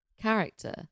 character